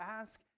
ask